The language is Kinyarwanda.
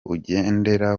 ugendera